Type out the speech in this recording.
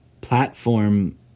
platform